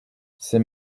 c’est